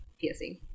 piercing